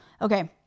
Okay